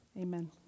Amen